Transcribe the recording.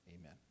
Amen